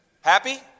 Happy